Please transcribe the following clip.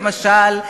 למשל,